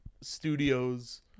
studios